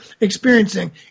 experiencing